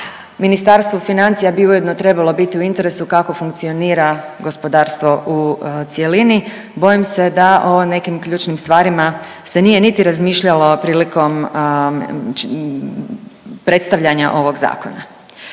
Ministarstvu financija bi ujedno trebalo biti u interesu kako funkcionira gospodarstvo u cjelini. Bojim se da o nekim ključnim stvarima se nije niti razmišljalo prilikom predstavljanja ovog zakona.